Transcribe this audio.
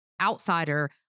outsider